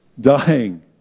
Dying